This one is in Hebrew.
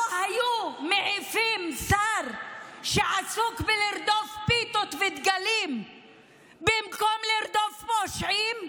לא היו מעיפים שר שעסוק בלרדוף פיתות ודגלים במקום לרדוף פושעים?